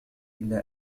إلا